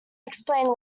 explained